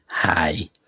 Hi